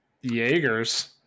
jaegers